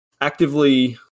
Actively